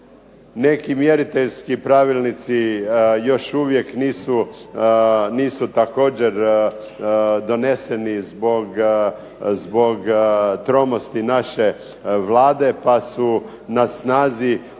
Neki mjeriteljski pravilnici nisu također doneseni zbog tromosti naše Vlade, pa su na snazi